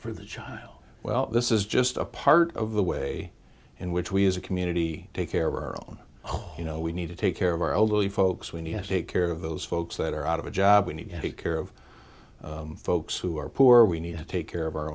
for the child well this is just a part of the way in which we as a community take care of our own you know we need to take care of our elderly folks we need to take care of those folks that are out of a job we need to take care of folks who are poor we need to take care of our